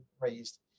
raised